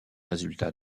résultats